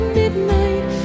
midnight